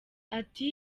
ati